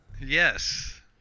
Yes